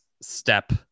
step